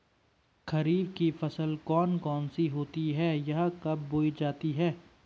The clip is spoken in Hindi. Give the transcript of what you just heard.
खरीफ की फसल कौन कौन सी होती हैं यह कब बोई जाती हैं?